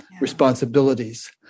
responsibilities